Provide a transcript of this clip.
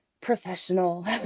professional